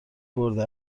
برده